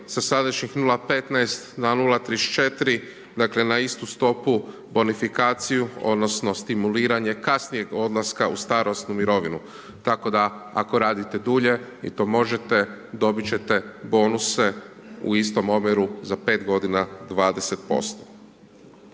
sa sadašnjih 0,15 na 0,34 dakle, na istu stopu bonifikaciju, odnosno, stimuliranje kasnijeg odlaska u starosnu mirovinu. Tako da ako radite dulje, vi to možete, dobiti ćete bonuse u sitom omjeru za 5 g. 20%.